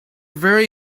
very